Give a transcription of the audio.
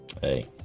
Hey